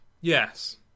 Yes